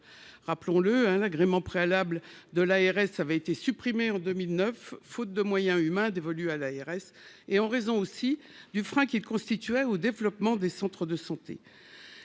Rappelons-le, un agrément préalable de l'ARS avait été supprimé en 2009, faute de moyens humains dévolus à l'ARS et en raison aussi du frein qui constituait au développement des centres de santé.